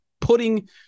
putting